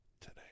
today